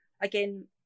again